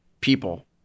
people